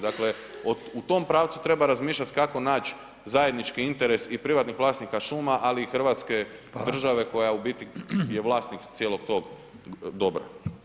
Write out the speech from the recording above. Dakle, u tom pravcu treba razmišljat kako nać zajednički interes i privatnih vlasnika šuma, ali i hrvatske države [[Upadica: Hvala]] koja u biti je vlasnik cijelog tog dobra.